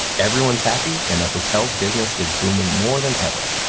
everyone's happy and the hotel's business is booming more than ever.